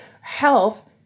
health